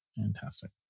Fantastic